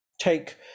take